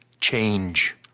change